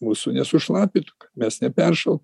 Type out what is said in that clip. mūsų nesušlapintų kad mes neperšalt